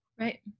Right